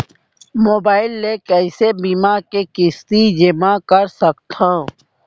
Mobile ले कइसे बीमा के किस्ती जेमा कर सकथव?